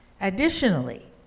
Additionally